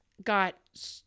got